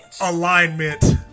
alignment